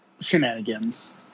shenanigans